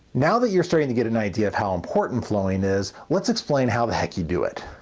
now that you are starting to get an idea of how important flowing is, lets explain how the heck you do it.